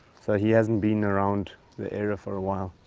so he has not been around the area for a while.